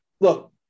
Look